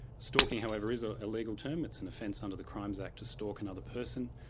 stalking however is a ah legal term, it's an offence under the crimes act to stalk another person.